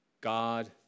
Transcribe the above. God